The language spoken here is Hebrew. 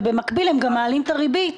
ובמקביל הם גם מעלים את הריבית.